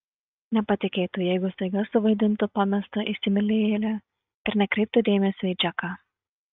nepatikėtų jeigu staiga suvaidintų pamestą įsimylėjėlę ir nekreiptų dėmesio į džeką